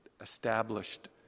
established